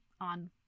on